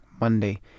Monday